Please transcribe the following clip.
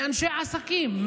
מאנשי העסקים,